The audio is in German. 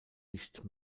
nicht